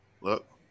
Look